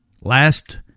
Last